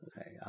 okay